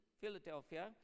Philadelphia